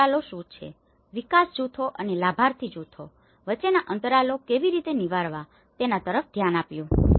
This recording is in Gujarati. તે અંતરાલો શુ છે વિકાસ જૂથો અને લાભાર્થી જૂથો વચ્ચેના અંતરાલો કેવી રીતે નિવારવા તેના તરફ ધ્યાન આપ્યું